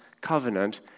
covenant